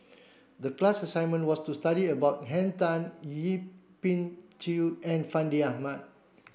the class assignment was to study about Henn Tan Yip Pin Xiu and Fandi Ahmad